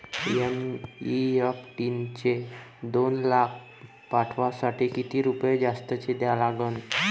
NEFT न दोन लाख पाठवासाठी किती रुपये जास्तचे द्या लागन?